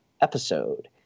episode